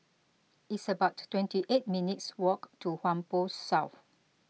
it's about twenty eight minutes' walk to Whampoa South